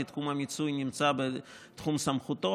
כי תחום המיסוי נמצא בתחום סמכותו.